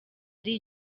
ari